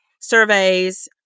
surveys